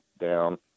down